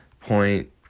point